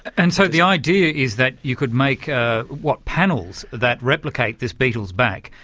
and so the idea is that you could make, ah what panels, that replicate this beetle's back,